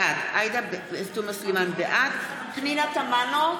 בעד פנינה תמנו,